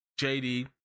JD